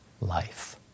life